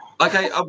Okay